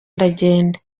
ndagenda